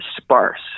sparse